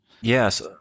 yes